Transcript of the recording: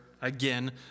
again